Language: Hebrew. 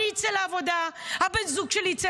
אני אצא לעבודה, בן הזוג שלי יצא